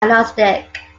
agnostic